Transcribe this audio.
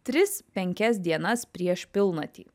tris penkias dienas prieš pilnatį